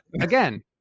again